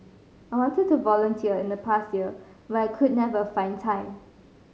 I wanted to volunteer in the past years but I could never find time